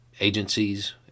agencies